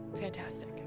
fantastic